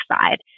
side